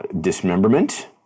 dismemberment